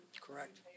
correct